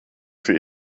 für